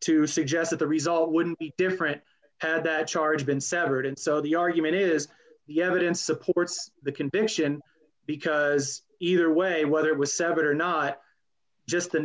to suggest that the result would be different had that charge been severed and so the argument is the evidence supports the conviction because either way whether it was seven or not just